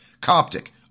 Coptic